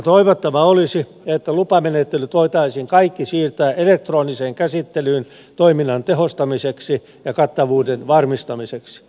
toivottavaa olisi että kaikki lupamenettelyt voitaisiin siirtää elektroniseen käsittelyyn toiminnan tehostamiseksi ja kattavuuden varmistamiseksi